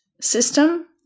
system